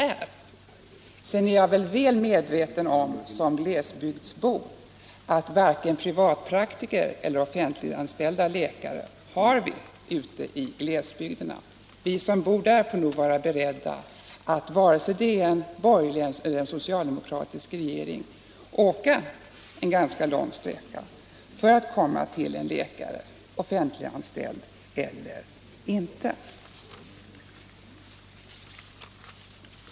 Som glesbygdsbo är jag väl medveten om att det varken finns privatpraktiker eller offentligt anställda läkare i glesbygderna. Vi som bor där får nog vara beredda att antingen det är en borgerlig eller en socialdemokratisk regering åka en ganska lång sträcka för att komma till en läkare, offentligt anställd eller inte.